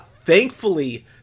Thankfully